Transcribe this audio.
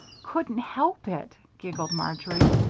couldn't help it, giggled marjory,